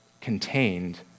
contained